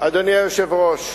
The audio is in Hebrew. אדוני היושב-ראש,